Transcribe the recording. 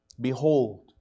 Behold